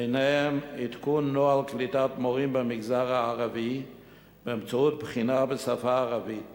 ביניהם עדכון נוהל קליטת מורים במגזר הערבי באמצעות בחינה בשפה הערבית